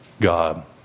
God